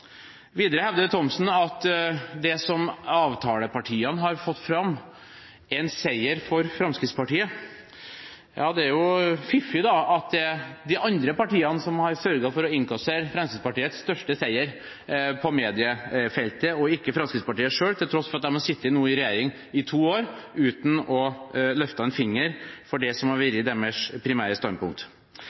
Videre hevder Thomsen at det som avtalepartiene har fått fram, er en seier for Fremskrittspartiet. Da er det jo fiffig at det er de andre partiene som har sørget for å innkassere Fremskrittspartiets største seier på mediefeltet, ikke Fremskrittspartiet selv, til tross for at de nå har sittet i regjering i to år uten å løfte en finger for det som har vært deres primære standpunkt.